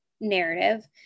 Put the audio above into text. narrative